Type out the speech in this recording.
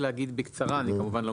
אני רק אגיד בקצרה,